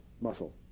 muscle